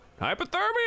hypothermia